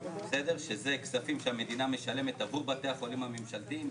שזה כספים שהמדינה משלמת עבור בתי החולים הממשלתיים,